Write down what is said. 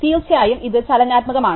തീർച്ചയായും ഇത് ചലനാത്മകമാണ്